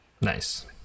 Nice